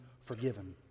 forgiven